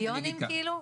מיליונים כאילו?